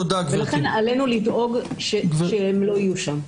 לכן עלינו לדאוג שהם לא יהיו שם.